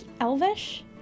Elvish